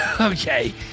Okay